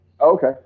Okay